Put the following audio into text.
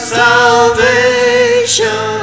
salvation